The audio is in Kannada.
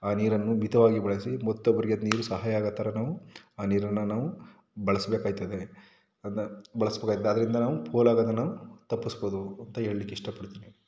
ಆ ನೀರನ್ನು ಮಿತವಾಗಿ ಬಳಸಿ ಮತ್ತೊಬ್ಬರಿಗೆ ಅದು ನೀರು ಸಹಾಯ ಆಗೋ ಥರ ನಾವು ಆ ನೀರನ್ನು ನಾವು ಬಳಸಬೇಕಾಯ್ತದೆ ಅದನ್ನ ಬಳಸಬೇಕಾಯ್ತು ಆದ್ದರಿಂದ ನಾವು ಪೋಲಾಗುವುದನ್ನ ನಾವು ತಪ್ಪಿಸಬಹುದು ಅಂತ ಹೇಳ್ಳಿಕ್ಕೆ ಇಷ್ಟ ಪಡ್ತೀನಿ